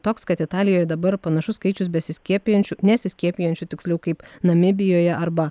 toks kad italijoj dabar panašus skaičius besiskiepijančių nesiskiepijančių tiksliau kaip namibijoje arba